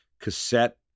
cassette